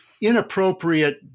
inappropriate